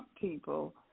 people